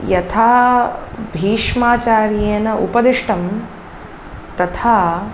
यथा भीष्माचार्येण उपदिष्टं तथा